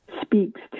speaks